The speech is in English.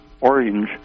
orange